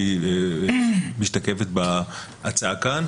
והיא משתקפת בהצעה כאן.